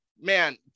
man